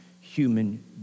human